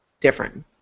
different